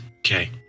Okay